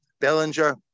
Bellinger